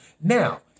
Now